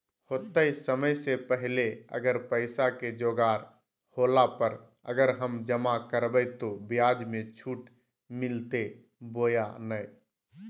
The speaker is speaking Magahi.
होतय समय से पहले अगर पैसा के जोगाड़ होला पर, अगर हम जमा करबय तो, ब्याज मे छुट मिलते बोया नय?